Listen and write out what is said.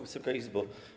Wysoka Izbo!